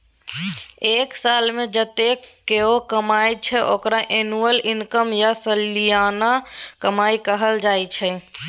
एक सालमे जतेक केओ कमाइ छै ओकरा एनुअल इनकम या सलियाना कमाई कहल जाइ छै